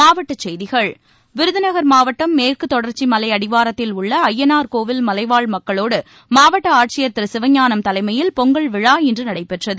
மாவட்ட செய்திகள் விருதுநகர் மாவட்டம் மேற்குத் தொடர்ச்சி மலை அடிவாரத்தில் உள்ள அய்யனார் கோயில் மலைவாழ் மக்களோடு மாவட்ட ஆட்சியர் திரு சிவஞானம் தலைமையில் பொங்கல் விழா இன்று நடைபெற்றன